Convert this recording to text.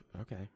Okay